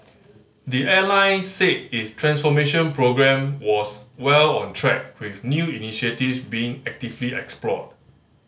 the airline said its transformation programme was well on track with new initiatives being actively explored